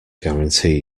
guarantee